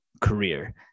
career